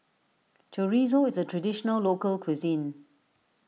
Chorizo is a Traditional Local Cuisine